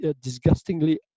disgustingly